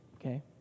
Okay